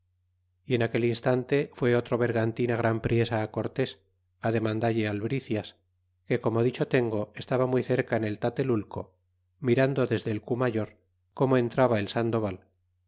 y en aquel instante fué otro bergantín gran priesa cortés demandalle albricias que como dicho tengo estaba muy cerca en el tatelulco mirando desde el cu mayor como entraba el sandoval